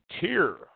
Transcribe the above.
tier